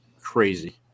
crazy